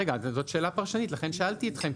זאת שאלה פרשנית ולכן שאלתי אתכם,